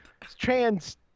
Trans